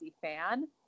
fan